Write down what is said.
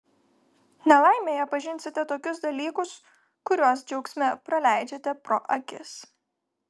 nelaimėje pažinsite tokius dalykus kuriuos džiaugsme praleidžiate pro akis